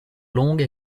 longue